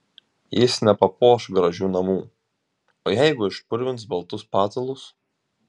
jis nepapuoš gražių namų o jeigu išpurvins baltus patalus